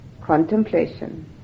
contemplation